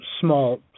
small